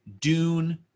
Dune